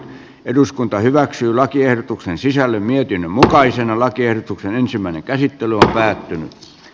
eduskunta hyväksyi lakiehdotuksen sisällön ja mutkaisen lakiehdotuksen ensimmäinen käsittely on päättynyt